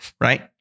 right